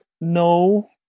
no